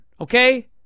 okay